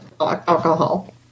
alcohol